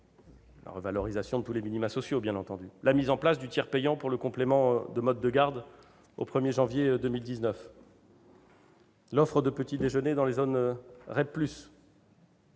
la revalorisation de tous les minima sociaux, bien entendu ; la mise en place du tiers payant pour le complément de mode de garde au 1 janvier 2019 ; l'offre de petits déjeuners dans les zones REP+